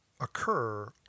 occur